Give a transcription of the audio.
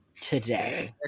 today